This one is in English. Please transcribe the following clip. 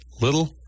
little